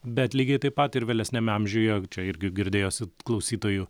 bet lygiai taip pat ir vėlesniame amžiuje čia irgi girdėjosi klausytojų